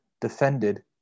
defended